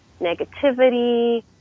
negativity